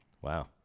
Wow